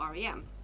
REM